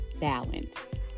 balanced